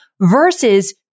versus